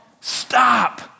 stop